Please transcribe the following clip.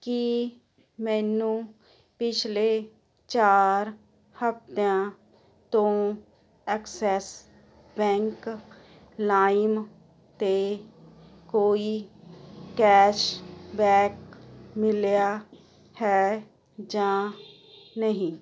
ਕੀ ਮੈਨੂੰ ਪਿਛਲੇ ਚਾਰ ਹਫ਼ਤਿਆਂ ਤੋਂ ਐਕਸਿਸ ਬੈਂਕ ਲਾਇਮ 'ਤੇ ਕੋਈ ਕੈਸ਼ਬੈਕ ਮਿਲਿਆ ਹੈ ਜਾਂ ਨਹੀਂ